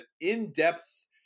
in-depth